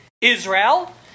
Israel